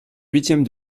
huitièmes